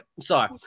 sorry